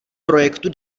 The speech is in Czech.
projektu